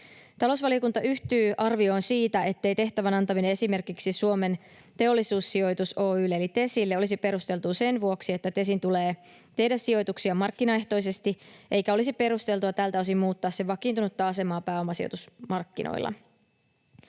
Talousvaliokunta yhtyy arvioon siitä, ettei tehtävän antaminen esimerkiksi Suomen Teollisuussijoitus Oy:lle eli Tesille olisi perusteltua sen vuoksi, että Tesin tulee tehdä sijoituksia markkinaehtoisesti, eikä olisi perusteltua tältä osin muuttaa sen vakiintunutta asemaa pääomasijoitusmarkkinoilla.